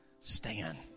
Stand